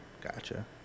Gotcha